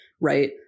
right